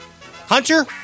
Hunter